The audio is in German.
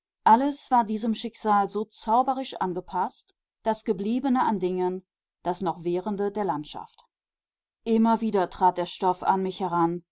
alles war diesem schicksal so zauberisch angepaßt das gebliebene an dingen das noch währende der landschaft immer wieder trat der stoff an mich heran